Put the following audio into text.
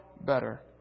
better